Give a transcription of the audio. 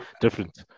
different